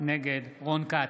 נגד רון כץ,